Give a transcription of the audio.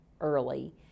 early